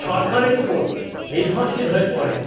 সরকারের উপর নির্ভরশীল হয়ে পড়ে